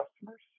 customers